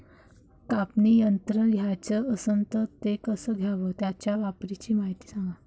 कापनी यंत्र घ्याचं असन त कस घ्याव? त्याच्या वापराची मायती सांगा